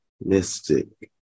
Mystic